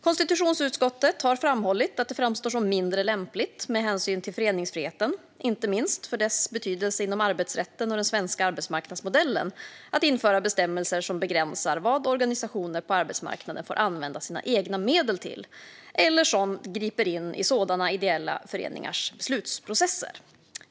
Konstitutionsutskottet har framhållit att det framstår som mindre lämpligt med hänsyn till föreningsfriheten, inte minst för dess betydelse inom arbetsrätten och den svenska arbetsmarknadsmodellen, att införa bestämmelser som begränsar vad organisationer på arbetsmarknaden får använda sina egna medel till eller som griper in i sådana ideella föreningars beslutsprocesser .